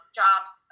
jobs